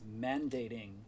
mandating